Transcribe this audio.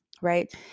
Right